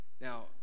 Now